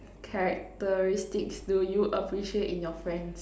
characteristics do you appreciate in your friends